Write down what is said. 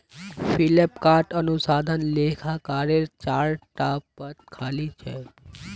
फ्लिपकार्टत अनुसंधान लेखाकारेर चार टा पद खाली छ